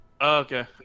okay